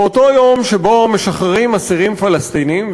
באותו יום שבו משחררים אסירים פלסטינים,